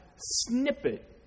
snippet